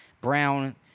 Brown